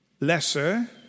lesser